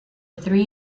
three